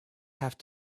have